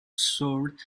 sword